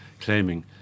claiming